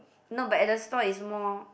no but at the store is more